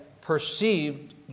perceived